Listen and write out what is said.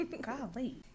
golly